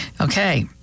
Okay